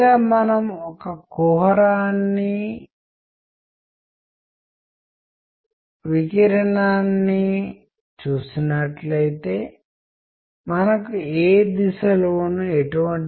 కానీ మనము ఇప్పటికే చర్చించినట్లుగా రిసీవర్ లేక పంపిన వ్యక్తి ఎవరైనా చనిపోతే తప్ప లేదా కొన్ని కారణాల వల్ల కమ్యూనికేషన్ నెట్వర్క్ విచ్ఛిన్నం అయితే తప్ప ఈ ప్రక్రియ ఒక అనంతమైన ప్రక్రియ